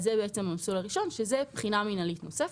אז זה בעצם המסלול הראשון והוא בחינה מינהלית נוספת.